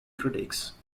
critics